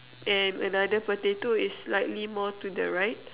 and another potato is slightly more to the right